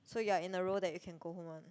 so you are in the role that you can go home ah